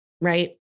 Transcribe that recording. right